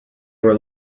were